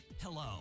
Hello